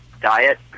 diet